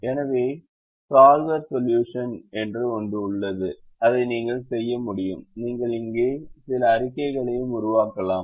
எனவே solver solution என்று ஒன்று உள்ளது அதை நீங்கள் செய்ய முடியும் நீங்கள் இங்கே சில அறிக்கைகளையும் உருவாக்கலாம்